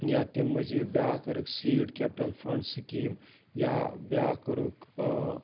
یا تَمہِ مٔزیٖد بیٛاکھ کٔرٕکھ سیٖڈ کٮ۪پٹٕل فنٛڈ سِکیٖم یا بیٛاکھ کوٚرُکھ